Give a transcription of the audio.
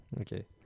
Okay